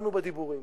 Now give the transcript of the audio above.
שנשארנו בדיבורים